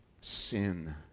sin